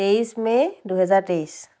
তেইছ মে' দুহেজাৰ তেইছ